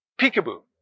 Peekaboo